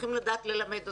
צריכים לדעת ללמד אותם,